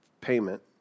payment